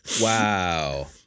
Wow